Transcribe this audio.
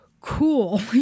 cool